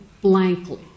blankly